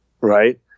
right